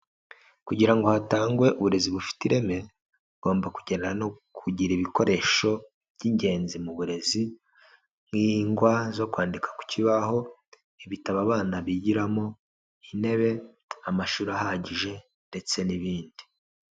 Kugira ngo hatangwe uburezi bufite ireme bugomba kugendana no kugira ibikoresho by'ingenzi mu burezi nk'ingwa zo kwandika ku kibaho, ibitabo abana bigiramo, intebe, amashuri ahagije ndetse n'ibindi.